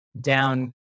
down